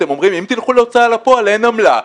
אתם אומרים אם תלכו להוצאה לפועל, אין עמלה.